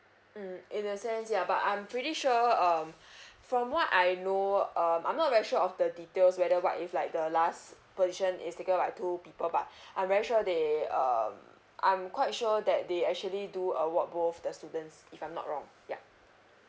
mm in a sense yeah but I'm pretty sure um from what I know um I'm not very sure of the details whether what if like the last position is taken like two people but I'm very sure they um I'm quite sure that they actually do award both the students if I'm not wrong yup